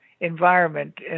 environment